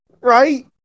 Right